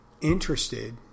interested